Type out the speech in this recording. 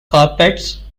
carpets